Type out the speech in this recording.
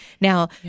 Now